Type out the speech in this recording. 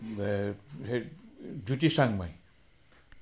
সেই জ্যোতি চাংমাই